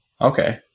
Okay